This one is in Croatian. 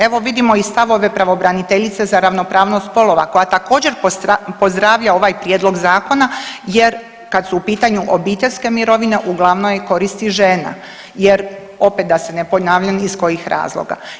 Evo, vidimo i stavove pravobraniteljice za ravnopravnost spolova koja također, pozdravlja ovaj Prijedlog zakona jer kad su u pitanju obiteljske mirovine, uglavnom je koristi žena jer opet da se ne ponavljam iz kojih razloga.